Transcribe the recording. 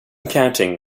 counting